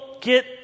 get